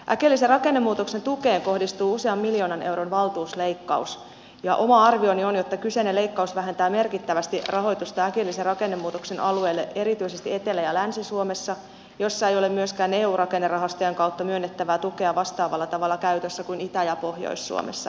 äkillisen rakennemuutoksen tukeen kohdistuu usean miljoonan euron valtuusleikkaus ja oma arvioni on että kyseinen leikkaus vähentää merkittävästi rahoitusta äkillisen rakennemuutoksen alueille erityisesti etelä ja länsi suomessa joissa ei ole myöskään eun rakennerahastojen kautta myönnettävää tukea vastaavalla tavalla käytössä kuin itä ja pohjois suomessa